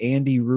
Andy